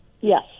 Yes